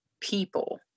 people